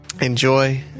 enjoy